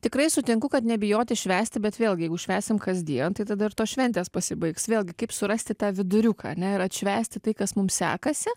tikrai sutinku kad nebijoti švęsti bet vėlgi jeigu švęsim kasdien tai tada ir tos šventės pasibaigs vėlgi kaip surasti tą viduriuką ane ir atšvęsti tai kas mum sekasi